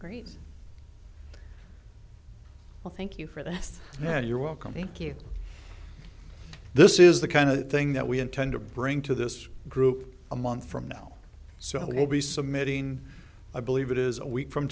great well thank you for the last that you're welcome thank you this is the kind of thing that we intend to bring to this group a month from now so i'll be submitting i believe it is a week from